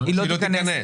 היא לא תיכנס.